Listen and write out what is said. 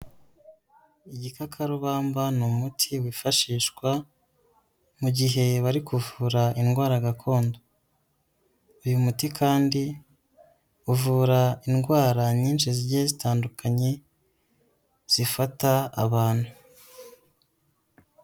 Igikakarubamba ni umuti wifashishwa mu gihe bari kuvura indwara gakondo, uyu muti kandi uvura indwara nyinshi zigiye zitandukanye zifata abantu.